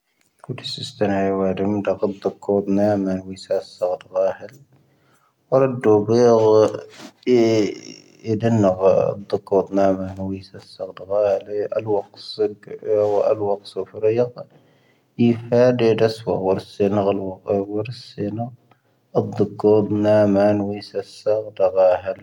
ⴽⵓⴷⵉⵙⵉⵙ ⵜⴻⵏ ⵀⴰⵢ ⵡⴰⴰⴷⵉⵎ ⴷⴰⴳⵀⴰⴷ ⴷⵀⵓⴽoⴷ ⵏⴰⵎⴰⵏ ⵡⵉⵙⴰ ⵙⴰⵙⴰⴷ ⴳⵀⴰⵀⴻⵍ. ⵡⴰⵔⴰⴷ ⴷoⴱⵍⴻⴻⵍ ⴻ ⴻⴷⵉⵏⵏⴰ ⴳⵀⴰ ⴷⵀⵓⴽoⴷ ⵏⴰⵎⴰⵏ ⵡⵉⵙⴰ ⵙⴰⵙⴰⴷ ⴳⵀⴰⵀⴻⵍ. ⴰⵍ ⵡⴰⴽⵙoⴼ ⵔⴻⵢⴰⴷ. ⵉ ⴼⴰⴷⴻ ⴷⴰⵙⵡⴰ ⵡⴰⵔⴻⵙⴻⵏⴰ. ⴰⴷⵀⵓⴽoⴷ ⵏⴰⵎⴰⵏ ⵡⵉⵙⴰ ⵙⴰⵙⴰⴷ ⴳⵀⴰⵀⴻⵍ.